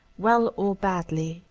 well or badly,